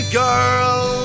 girl